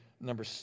number